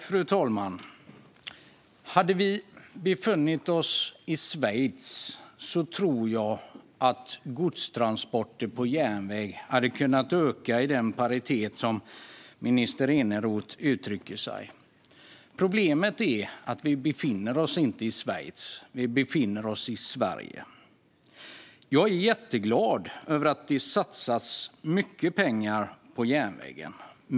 Fru talman! Hade vi befunnit oss i Schweiz tror jag att godstransporterna på järnväg hade kunnat öka i den omfattning som minister Eneroth talar om. Problemet är att vi inte befinner oss i Schweiz. Vi befinner oss i Sverige. Jag är jätteglad över att det satsas mycket pengar på järnväg.